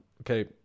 Okay